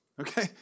Okay